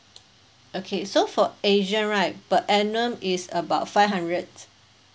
okay so for asian right per annum is about five hundred